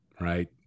right